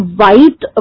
white